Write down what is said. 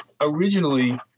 originally